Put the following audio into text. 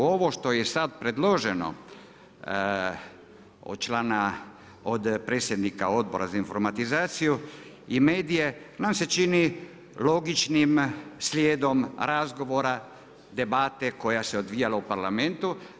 Ovo što je sad predloženo od člana, od predsjednika Odbora za informatizaciju i medije nam se čini logičnim slijedom razgovora, debate koja se odvijala u Parlamentu.